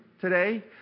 today